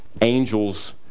angels